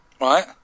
right